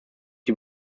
die